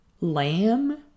lamb